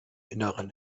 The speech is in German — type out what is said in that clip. inneren